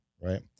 right